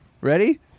Ready